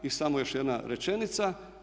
I samo još jedna rečenica.